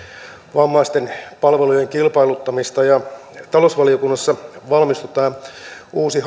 vammaisten palvelujen kilpailuttamista ja talousvaliokunnassa valmistui tämä uusi